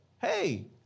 hey